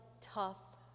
tough